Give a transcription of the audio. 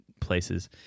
places